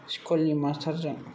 स्कुलनि मास्थारजों